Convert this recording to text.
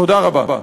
תודה רבה.